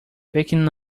picking